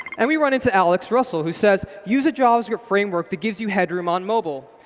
and we run into alex russell, who says use a javascript framework that gives you headroom on mobile.